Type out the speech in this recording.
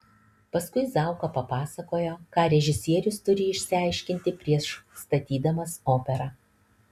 paskui zauka pasakojo ką režisierius turi išsiaiškinti prieš statydamas operą